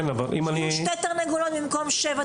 שיהיו שתי תרנגולות במקום שבע תרנגולות.